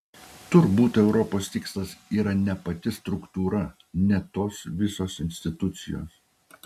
turbūt europos tikslas yra ne pati struktūra ne tos visos institucijos